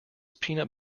peanut